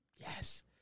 Yes